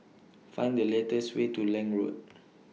Find The latest Way to Lange Road